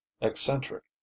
eccentric